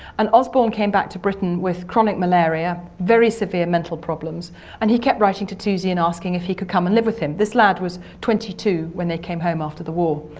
and osborne came back to britain with chronic malaria, very severe mental problems and he kept writing to toosey and asking if he could come and live with him. this lad was twenty two when they came home after the war.